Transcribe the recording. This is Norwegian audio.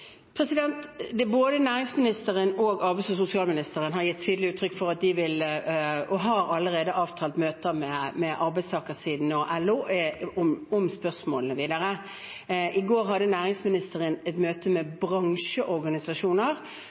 Både næringsministeren og arbeids- og sosialministeren har avtalt møter med arbeidstakersiden og LO om spørsmålene videre. I går hadde næringsministeren et møte med bransjeorganisasjoner